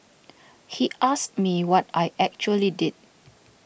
he asked me what I actually did